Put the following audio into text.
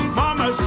mama